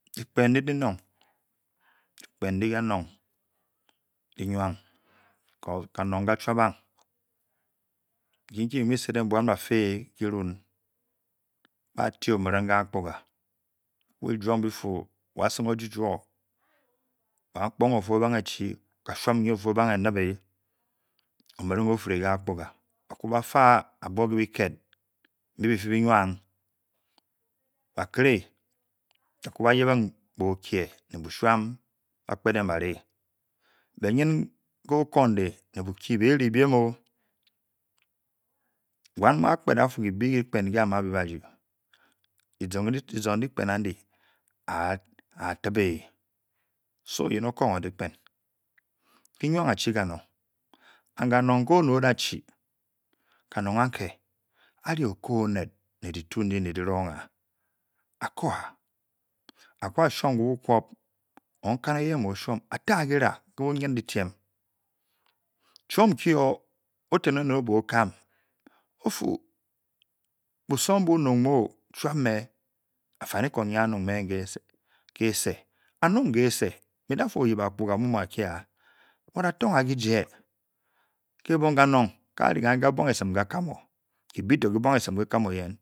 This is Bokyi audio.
Dikpen ndi-di nong, dikpen ndí kanong di-nuang kanong-ka chubang nki ke be mu bi sedeng moun befé kirun bá te omirin ké á akpuga bi mú juong bifu wasung oju-juo bakpunge ofúo banet echi ka shum ofúo bangé e nigbé omiring oferev ké akpugá báku ba ta abuo ké biket mbibi té bi nua bá kere baku bayibing bókee né bú shuam bá kpet-eng barí bé nyn ké okundi né bukyi béri biem-o wán mú ákpet afu kibi dikpén ká a ma bé ku dizungdikpen á ndi á tepee osowo oyen okung. ó dikpén kinuo á. chi, kanong, kanong nke oned oda-chi. kanong ánke á re okaa oned né ditu ndi-dirong á a koa aku á shuom ké bukwop okikam enyin bu o-shuom atáa kiráa ke bunyn-didym, choum nki-o oten onedo-bekam-o ofu busong bú nung me-o chuap me afanekong nyi anung mé kése, anung kese mé ndafu a yip akpuga amú mú akia but atunia kijé kekong kenong kabuang esim ka kam-o, kibe-to kibuang esim kikam oyén.